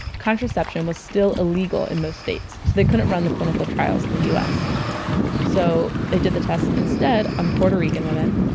contraception was still illegal in most states, so they couldn't run the clinical trials in the us so they did the tests instead on puerto rican women,